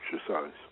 exercise